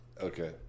Okay